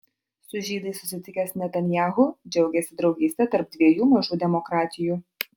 su žydais susitikęs netanyahu džiaugėsi draugyste tarp dviejų mažų demokratijų